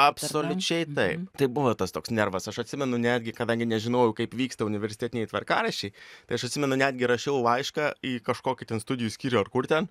absoliučiai taip tai buvo tas toks nervas aš atsimenu netgi kadangi nežinojau kaip vyksta universitetiniai tvarkaraščiai tai aš atsimenu netgi rašiau laišką į kažkokį ten studijų skyrių ar kur ten